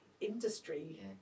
industry